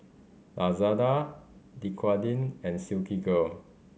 Lazada Dequadin and Silkygirl